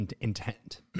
intent